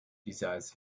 besides